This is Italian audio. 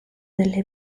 delle